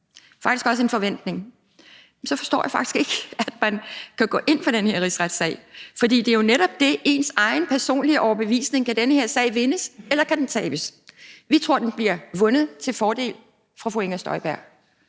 faktisk også har en forventning om det. Og så forstår jeg faktisk ikke, at man kan gå ind for den her rigsretssag, for det handler jo netop om ens egen personlige overbevisning, i forhold til om den her sag kan vindes eller tabes. Vi tror, at den bliver vundet og falder ud til fordel for fru Inger Støjberg.